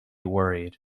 worried